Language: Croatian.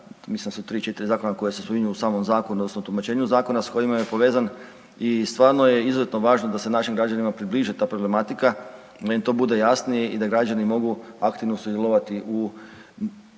mislim da su 3-4 zakona koja se spominju u samom zakonu odnosno tumačenju zakona s kojima je povezan i stvarno je izuzetno važno da se našim građanima približi ta problematika, da im to bude jasnije i da građani mogu aktivno sudjelovati u,